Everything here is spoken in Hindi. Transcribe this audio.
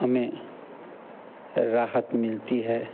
हमें राहत मिलती है